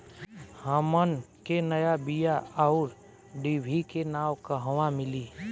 हमन के नया बीया आउरडिभी के नाव कहवा मीली?